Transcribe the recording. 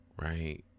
right